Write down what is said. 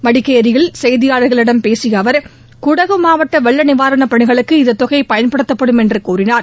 மடகேரியில் செய்தியாளர்களிடம் பேசிய அவர் குடகு மாவட்ட வெள்ள நிவாரணப் பனிகளுக்கு இந்த தொகை பயன்படுத்தப்படும் என்று கூறினார்